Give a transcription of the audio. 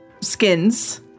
skins